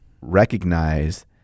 recognize